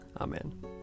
Amen